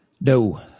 No